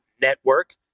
Network